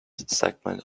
segment